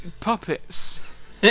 puppets